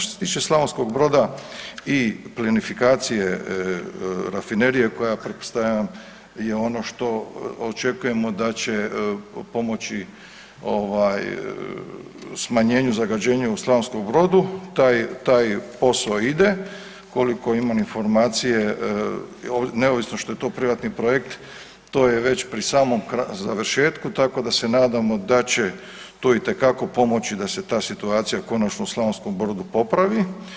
Što se tiče Slavonskog Broda i plinifikacije rafinerije koja pretpostavljam je ono što očekujemo da će pomoći smanjenju zagađenja u Slavonskom Brodu, taj posao ide koliko imam informacije, neovisno što je to privatni projekt to je već pri samom završetku tako da se nadamo da će to itekako pomoći da se ta situacija konačno u Slavonskom Brodu popravi.